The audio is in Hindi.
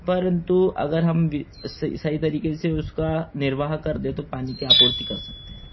परन्तु अगर हम भी सही सही तरीके से उसका निर्वाह कर दें तो पानी कि आपूर्ति कर सकते हैं